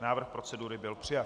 Návrh procedury byl přijat.